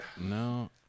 No